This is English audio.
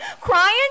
Crying